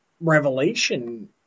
revelation